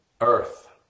Earth